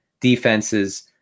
defenses